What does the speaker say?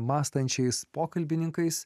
mąstančiais pokalbininkais